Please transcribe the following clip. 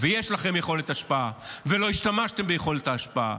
ויש לכם יכולת השפעה, ולא השתמשתם ביכולת ההשפעה.